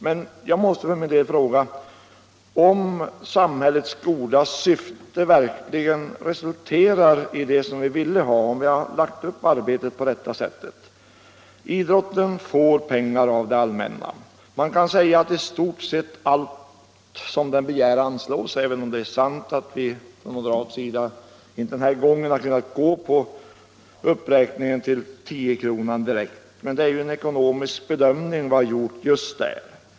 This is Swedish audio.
Men jag måste för min del fråga om samhällets goda syfte verkligen resulterar i vad vi vill uppnå; om vi har lagt upp arbetet rätt. Idrotten får pengar av det allmänna. I stort sett allt vad man begär anslås, även om det är sant att vi från moderat sida den här gången inte har kunnat vara med om en direkt höjning till 10 kr. per sammankomst. Men det är en ekonomisk bedömning av årets budget som vi har gjort.